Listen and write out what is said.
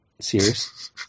serious